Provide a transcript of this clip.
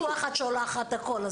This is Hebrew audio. גם לחברות הביטוח את שולחת את הכול.